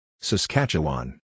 Saskatchewan